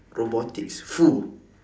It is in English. robotics !fuh!